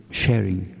sharing